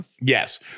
Yes